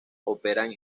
operan